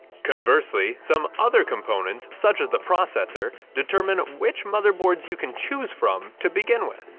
conversely some other components such as the processor determine which motherboards you can choose from to begin with.